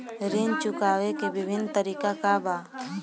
ऋण चुकावे के विभिन्न तरीका का बा?